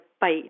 bite